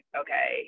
okay